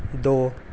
ਦੋ